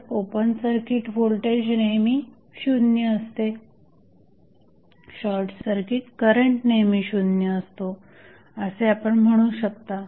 तर open circuit voltage नेहमी शून्य असते शॉर्टसर्किट करंट नेहमी शून्य असतो असे आपण म्हणू शकता